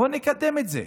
בואו נקדם את זה.